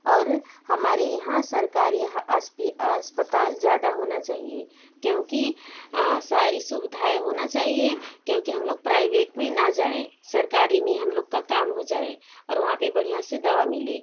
और हमारे यहाँ सरकारी अस्पताल ज़्यादा होना चाहिए क्योंकि सारी सुविधाएँ होना चाहिए क्योंकि हम लोग प्राइवेट में ना जाएँ सरकारी में ही हम लोगों का काम हो जाए और वहाँ पर बढ़िया से दवा मिले